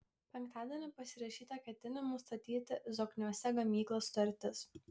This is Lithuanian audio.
penktadienį pasirašyta ketinimų statyti zokniuose gamyklą sutartis